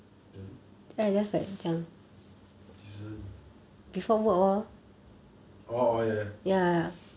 then 几时 orh ya ya